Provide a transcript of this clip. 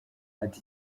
ati